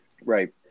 Right